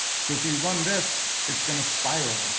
so if you run this, it's gonna spiral.